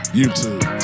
YouTube